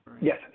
Yes